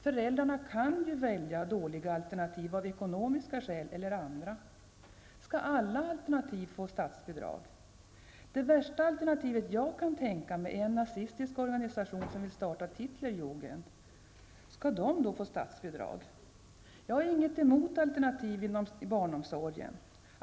Föräldrarna kan ju välja dåliga alternativ av ekonomiska skäl eller av andra skäl. Skall alla alternativ få statsbidrag? Det värsta alternativet jag kan tänka mig är en nazistisk organisation som vill starta ett Hitlerjugend. Skall den få statsbidrag? Jag har inget emot alternativ inom barnomsorgen.